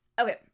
Okay